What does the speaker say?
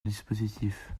dispositif